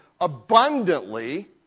abundantly